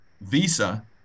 visa